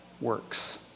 works